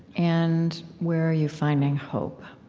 and where are you finding hope?